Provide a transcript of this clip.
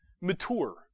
mature